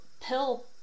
Pill